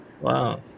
Wow